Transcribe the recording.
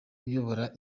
uyobora